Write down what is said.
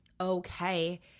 okay